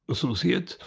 associates,